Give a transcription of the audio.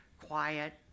quiet